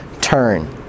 turn